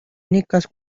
únicas